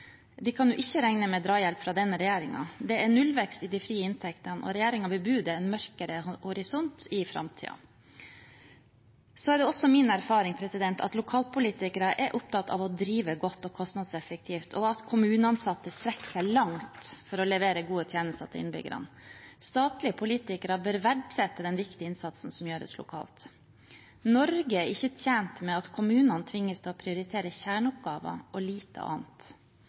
De kan ikke regne med drahjelp fra denne regjeringen. Det er nullvekst i de frie inntektene, og regjeringen bebuder en mørkere horisont i framtiden. Det er også min erfaring at lokalpolitikere er opptatt av å drive godt og kostnadseffektivt, og at kommuneansatte strekker seg langt for å levere gode tjenester til innbyggerne. Statlige politikere bør verdsette den viktige innsatsen som gjøres lokalt. Norge er ikke tjent med at kommunene tvinges til å prioritere kjerneoppgavene, og lite annet.